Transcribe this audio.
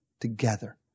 together